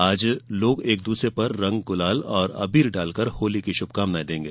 आज लोग एक दूसरे पर रंग गुलाल और अबीर डालकर होली की शुभकामनाए देंगे